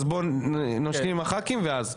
אז בוא נשלים עם הח"כים ואז.